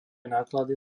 náklady